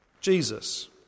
Jesus